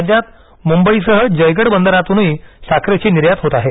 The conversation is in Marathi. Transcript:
राज्यात मुंबईसह जयगड बंदरातूनही साखरेची निर्यात होत आहे